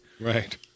Right